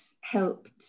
helped